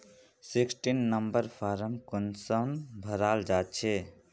Sixteen number form कुंसम भराल जाछे?